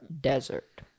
Desert